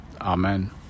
Amen